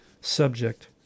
subject